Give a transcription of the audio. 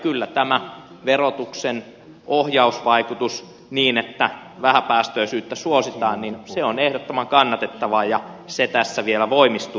kyllä tämä verotuksen ohjausvaikutus niin että vähäpäästöisyyttä suositaan on ehdottoman kannatettava ja se tässä vielä voimistuu